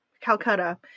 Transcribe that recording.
Calcutta